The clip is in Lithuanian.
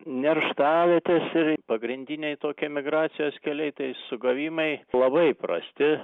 nerštavietės ir pagrindiniai tokie migracijos keliai tai sugavimai labai prasti